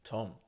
Tom